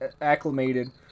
acclimated